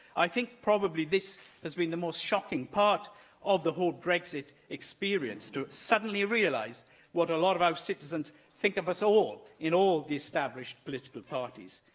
i think probably this has been the most shocking part of the whole brexit experience, to suddenly realise what a lot of our citizens think of us all in all the established political parties.